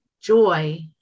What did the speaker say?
joy